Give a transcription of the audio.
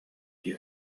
die